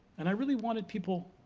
and i really wanted people,